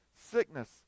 sickness